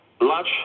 large